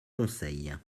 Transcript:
conseil